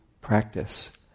practice